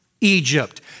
Egypt